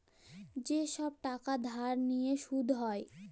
যে ছব টাকা ধার লিঁয়ে সুদ হ্যয়